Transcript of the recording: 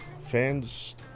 Fans